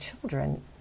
children